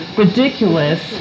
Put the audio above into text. ridiculous